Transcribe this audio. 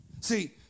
See